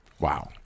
wow